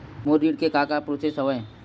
मोर ऋण के का का प्रोसेस हवय?